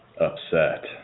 Upset